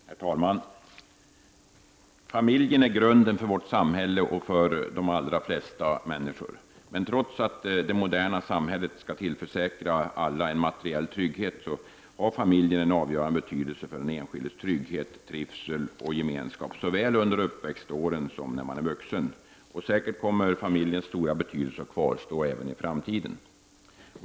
Herr talman! Familjen är grunden för vårt samhälle och för de allra flesta människor. Trots att det moderna samhället skall tillförsäkra alla en materiell trygghet har familjen en avgörande betydelse för den enskildes trygghet, trivsel och gemenskap, såväl under uppväxtåren som när man är vuxen. Säkert kommer familjens stora betydelse att kvarstå även i framtiden.